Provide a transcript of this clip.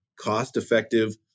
cost-effective